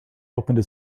opened